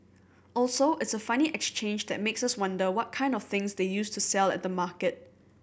also it's a funny exchange that makes us wonder what kind of things they used to sell at the market